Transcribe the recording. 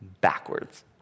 backwards